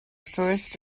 first